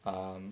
um